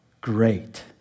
great